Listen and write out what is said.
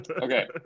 Okay